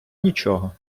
нічого